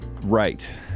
Right